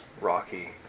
rocky